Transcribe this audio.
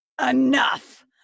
enough